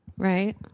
Right